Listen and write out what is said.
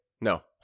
No